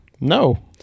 No